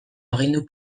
agindu